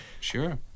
Sure